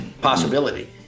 possibility